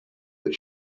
but